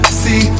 see